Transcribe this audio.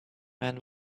man